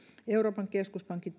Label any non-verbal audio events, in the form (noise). euroopan keskuspankin (unintelligible)